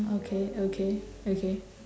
okay okay okay